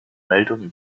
meldungen